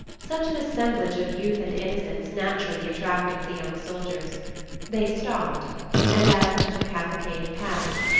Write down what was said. such an assemblage of youth and innocence naturally attracted the young soldiers they stopped and, as the little cavalcade passed,